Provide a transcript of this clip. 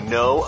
no